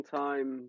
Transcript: time